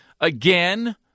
again